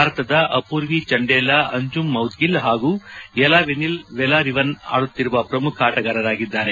ಭಾರತದ ಅಮೂರ್ವಿ ಚಂಡೇಲಾ ಅಂಜುಂ ಮೌದ್ಗಿಲ್ ಹಾಗೂ ಎಲಾವನಿಲ್ ವೆಲಾರಿವನ್ ಆಡುತ್ತಿರುವ ಪ್ರಮುಖ ಆಟಗಾರರಾಗಿದ್ದಾರೆ